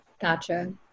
Gotcha